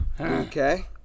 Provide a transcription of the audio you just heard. okay